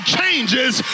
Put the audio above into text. changes